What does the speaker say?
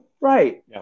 Right